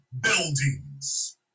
buildings